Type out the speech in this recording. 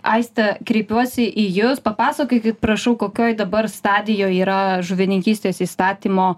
aiste kreipiuosi į jus papasakokit prašau kokioj dabar stadijoj yra žuvininkystės įstatymo